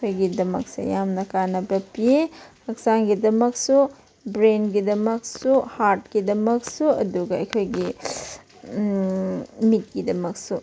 ꯑꯩꯈꯣꯏꯒꯤꯗꯃꯛꯁꯦ ꯌꯥꯝꯅ ꯀꯥꯟꯅꯕ ꯄꯤ ꯍꯛꯆꯥꯡꯒꯤꯗꯃꯛꯁꯨ ꯕ꯭ꯔꯦꯟꯒꯤꯗꯃꯛꯁꯨ ꯍꯥꯔꯠꯀꯤꯗꯃꯛꯁꯨ ꯑꯗꯨꯒ ꯑꯩꯈꯣꯏꯒꯤ ꯃꯤꯠꯀꯤꯗꯃꯛꯁꯨ